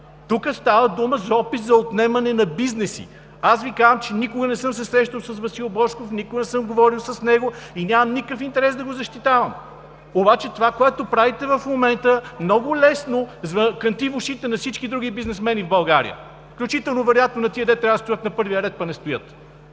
Тук става дума за опит за отнемане на бизнеси. Аз Ви казвам, че никога не съм се срещал с Васил Божков, никога не съм говорил с него и нямам никакъв интерес да го защитавам, обаче това, което правите в момента, много лесно кънти в ушите на всички други бизнесмени в България, вероятно включително и на тези, които трябва да стоят на първия ред, а не стоят.